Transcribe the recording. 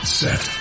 set